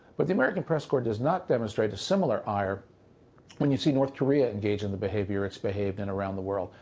but the american press corps does not demonstrate similar ire when you see north korea engage in the behavior it's behaved in around the world.